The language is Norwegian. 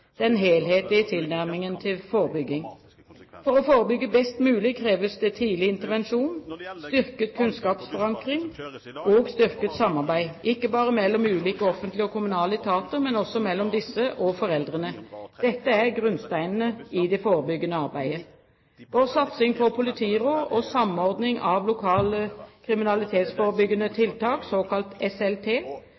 den helhetlige tilnærmingen til forebygging. For å forebygge best mulig kreves det tidlig intervensjon, styrket kunnskapsforankring og styrket samarbeid, ikke bare mellom ulike offentlige og kommunale etater, men også mellom disse og foreldrene. Dette er grunnsteinene i det forebyggende arbeidet. Vår satsing på politiråd og Samordning av lokale kriminalitetsforebyggende